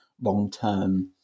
Long-term